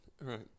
Right